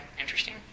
interesting